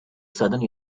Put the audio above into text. southern